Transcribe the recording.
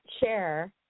chair